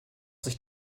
sich